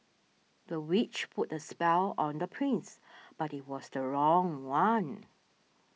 the witch put a spell on the prince but it was the wrong one